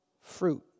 fruit